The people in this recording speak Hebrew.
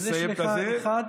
אז יש לך עוד